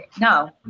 No